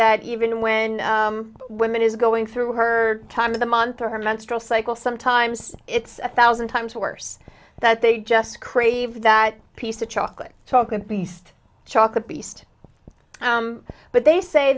that even when women is going through her time of the month or her menstrual cycle sometimes it's a thousand times worse that they just crave that piece of chocolate chocolate beast chocolate beast but they say